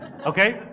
Okay